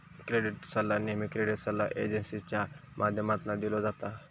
credit सल्ला नेहमी credit सल्ला एजेंसींच्या माध्यमातना दिलो जाता